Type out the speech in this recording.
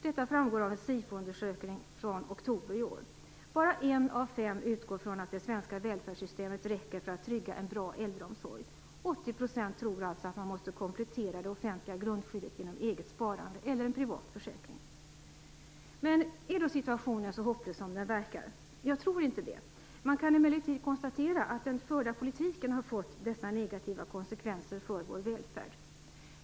Detta framgår av en SIFO-undersökning från oktober i år. Bara en av fem utgår från att det svenska välfärdssystemet räcker för att trygga en bra äldreomsorg. 80 % tror alltså att man måste komplettera det offentliga grundskyddet genom eget sparande eller en privat försäkring. Är då situationen så hopplös som den verkar vara? Jag tror inte det. Man kan emellertid konstatera att den förda politiken har fått dessa negativa konsekvenser för vår välfärd.